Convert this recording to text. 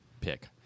pick